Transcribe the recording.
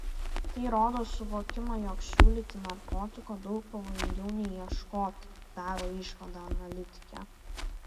tai rodo suvokimą jog siūlyti narkotiko daug pavojingiau nei ieškoti daro išvadą analitikė